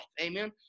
amen